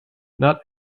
not